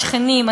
שכנים,